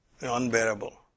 unbearable